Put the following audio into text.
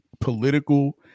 political